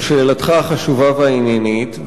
על שאלתך החשובה והעניינית.